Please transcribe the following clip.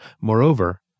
Moreover